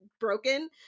broken